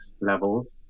levels